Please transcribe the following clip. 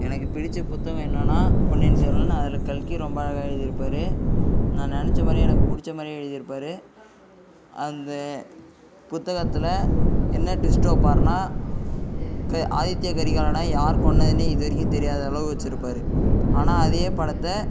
எனக்கு பிடித்த புத்தகம் என்னெனான்னா பொன்னியின் செல்வன் அதில் கல்கி ரொம்ப அழகாக எழுதியிருப்பாரு நான் நினச்ச மாதிரி எனக்கு பிடிச்ச மாதிரி எழுதியிருப்பாரு அந்த புத்தகத்தில் என்ன ட்விஸ்ட் வைப்பாருன்னா க ஆதித்ய கரிகாலனை யார் கொன்றதுன்னு இது வரைக்கும் தெரியாத அளவு வச்சுருப்பாரு ஆனால் அதே படத்தை